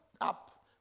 up